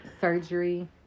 surgery